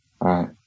right